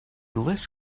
less